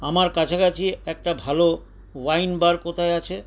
আমার কাছাকাছি একটা ভাল ওয়াইন বার কোথায় আছে